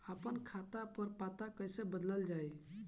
आपन खाता पर पता कईसे बदलल जाई?